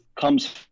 comes